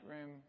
room